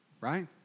right